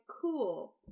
cool